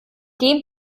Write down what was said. dem